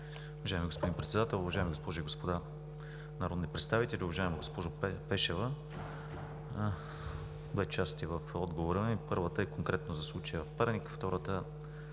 Уважаеми господин Председател, уважаеми госпожи и господа народни председатели, уважаема госпожо Пешева! Има две части в отговора ми – първата е конкретно за случая в Перник, втората,